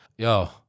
Yo